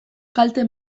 kalte